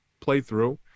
playthrough